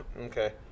Okay